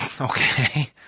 Okay